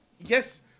Yes